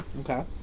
Okay